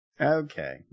Okay